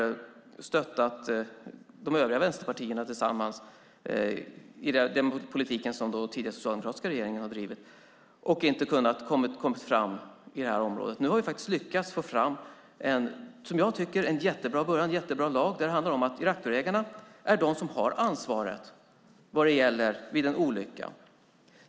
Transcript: Miljöpartiet har stöttat de övriga vänsterpartierna i den politik som den tidigare socialdemokratiska regeringen har drivit och där man inte kommit fram på det här området. Nu har vi lyckats få fram en, som jag tycker, jättebra lag. Det handlar om att reaktorägarna är de som har ansvaret vid en olycka.